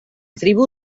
tribu